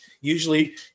Usually